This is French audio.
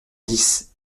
dix